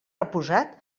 reposat